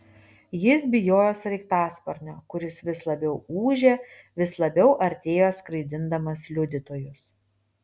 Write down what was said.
jis bijojo sraigtasparnio kuris vis labiau ūžė vis labiau artėjo skraidindamas liudytojus